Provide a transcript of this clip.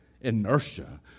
inertia